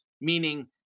meaning